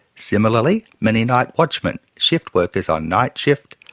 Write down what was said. similarly many night watchmen, shift workers on night shift,